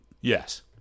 Yes